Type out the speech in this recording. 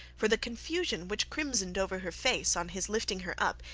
for the confusion which crimsoned over her face, on his lifting her up,